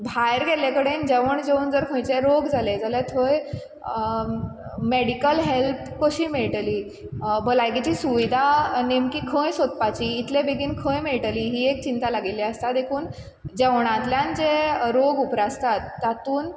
भायर गेल्ले कडेन जेवण जेवन जर खंयचे रोग जाले जाल्या थंय मॅडिकल हॅल्प कशी मेळटली भलायकेची सुविदा नेमकी खंय सोदपाची इतले बेगीन खंय मेळटली ही एक चिंता लागिल्ली आसता देखून जेवणांतल्यान जे रोग उप्रासतात तातून